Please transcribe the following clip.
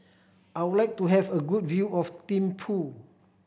I would like to have a good view of Thimphu